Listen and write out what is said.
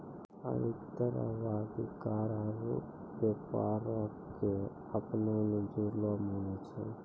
अधिकतर आवादी कर आरु व्यापारो क अपना मे जुड़लो मानै छै